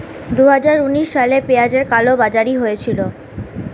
দুহাজার উনিশ সালে পেঁয়াজের কালোবাজারি হয়েছিল